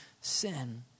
sin